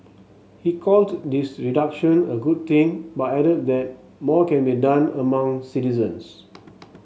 he called this reduction a good thing but added that more can be done among citizens